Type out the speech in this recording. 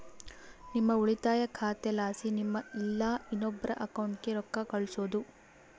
ನಿಮ್ಮ ಉಳಿತಾಯ ಖಾತೆಲಾಸಿ ನಿಮ್ಮ ಇಲ್ಲಾ ಇನ್ನೊಬ್ರ ಅಕೌಂಟ್ಗೆ ರೊಕ್ಕ ಕಳ್ಸೋದು